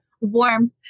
warmth